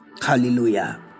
Hallelujah